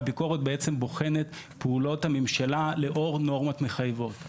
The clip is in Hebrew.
הביקורת בעצם בוחנת פעולות הממשלה לאור נורמות מחייבות.